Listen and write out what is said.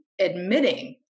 admitting